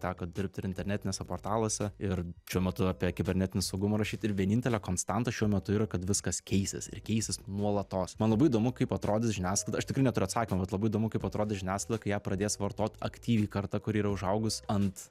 teko dirbt ir internetiniuose portaluose ir šiuo metu apie kibernetinį saugumą rašyt ir vienintelė konstanta šiuo metu yra kad viskas keisis ir keisis nuolatos man labai įdomu kaip atrodys žiniasklaida aš tikrai neturiu atsakymo bet labai įdomu kaip atrodys žiniasklaida kai ją pradės vartot aktyviai karta kuri yra užaugus ant